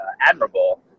admirable